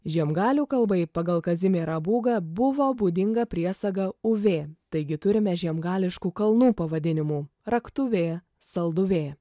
žiemgalių kalbai pagal kazimierą būgą buvo būdinga priesaga uvė taigi turime žiemgališkų kalnų pavadinimų raktuvė salduvė